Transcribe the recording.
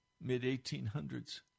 mid-1800s